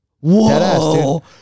Whoa